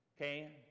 Okay